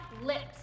lips